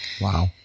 Wow